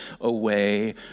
away